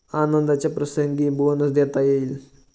आनंदाच्या प्रसंगी बोनस देता येईल